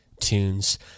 tunes